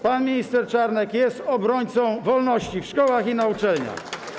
Pan minister Czarnek jest obrońcą wolności w szkołach i na uczelniach.